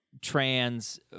trans